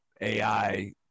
AI